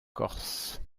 corse